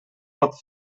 pot